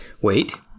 Wait